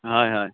হয় হয়